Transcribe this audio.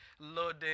loaded